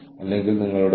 ഇത് രണ്ടാമത്തെ മോഡലാണ്